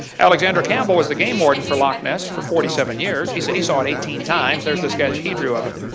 alexander campbell was the game warden for lock ness for forty seven years. he said he saw it eighteen times. there's the sketch that he drew of it.